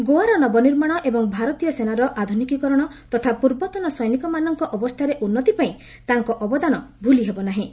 ଗୋଆର ନବନିର୍ମାଣ ଏବଂ ଭାରତୀୟ ସେନାର ଆଧୁନିକୀକରଣ ତଥା ପ୍ରର୍ବତନ ସୈନିକମାନଙ୍କ ଅବସ୍ଥାରେ ଉନ୍ନତି ପାଇଁ ତାଙ୍କ ଅବଦାନ ଭୁଲିହେବ ନାହିଁ